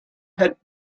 had